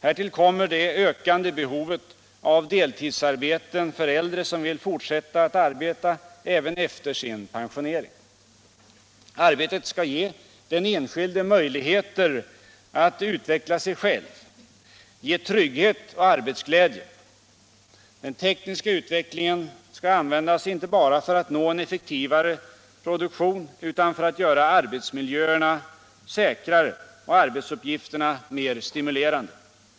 Härtill kommer det ökande be = regionalpolitik hovet av deltidsarbeten för äldre som vill fortsätta att arbeta även efter sin pensionering. Arbetet skall ge den enskilde möjligheter att utveckla sig själv, ge trygghet och arbetsglädje. Den tekniska utvecklingen skall användas inte bara för att nå en effektivare produktion utan för att göra arbetsmiljöerna säkrare och arbetsuppgifterna mer stimulerande.